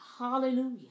Hallelujah